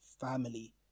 family